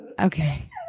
okay